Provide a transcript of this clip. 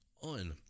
On